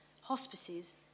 hospices